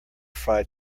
fry